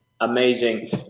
Amazing